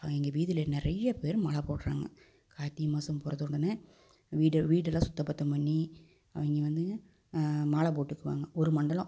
அவங்க வீதியில நிறைய பேர் மாலை போடுறாங்க கார்த்திகை மாதம் பிறந்த உடனே வீடு வீடு எல்லாம் சுத்தம் பத்தம் பண்ணி அவங்க வந்துங்க மாலை போட்டுக்குவாங்க ஒரு மண்டலம்